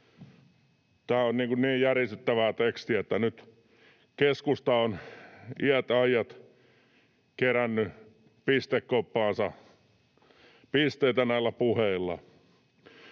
Tämä on niin järisyttävää tekstiä, että keskusta on iät ajat kerännyt pistekoppaansa pisteitä näillä puheilla: